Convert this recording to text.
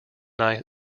night